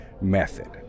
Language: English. method